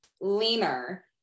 Leaner